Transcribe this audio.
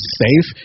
safe